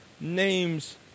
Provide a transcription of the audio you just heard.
name's